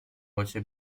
voce